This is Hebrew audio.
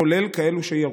כולל כאלו שירו.